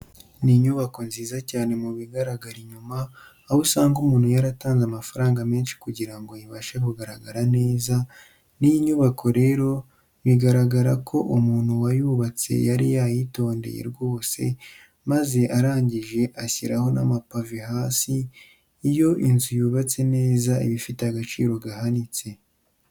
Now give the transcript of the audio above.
Ni inyubako nziza cyane mu bigaragara inyuma, aho usanga umuntu yaratanze amafaranga menshi kugira ngo ibashe kugaragara neza, n'iyi nyubako rero bigaragara ko umuntu wayubatse yari yayitondeye rwose, maze arangije ashyiraho n'amapave hasi, iyo inzu yubatse neza iba ifite agaciro gahanitse.